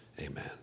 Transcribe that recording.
Amen